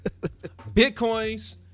Bitcoins